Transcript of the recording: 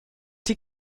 die